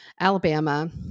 Alabama